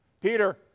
Peter